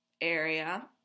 area